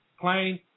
plane